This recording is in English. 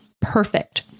Perfect